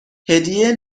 هدیه